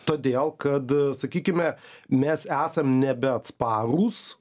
todėl kad sakykime mes esam nebeatsparūs